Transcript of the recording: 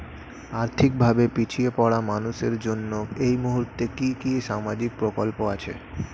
আর্থিক ভাবে পিছিয়ে পড়া মানুষের জন্য এই মুহূর্তে কি কি সামাজিক প্রকল্প আছে?